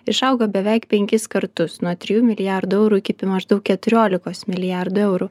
išaugo beveik penkis kartus nuo trijų milijardų eurų iki maždaug keturiolikos milijardų eurų